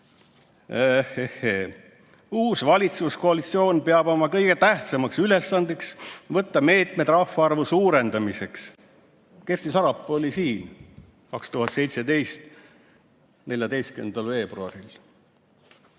"Uus valitsuskoalitsioon peab oma kõige tähtsamaks ülesandeks võtta meetmeid rahvaarvu suurendamiseks." Kersti Sarapuu oli siin 2017. aasta 14. veebruaril.